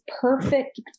perfect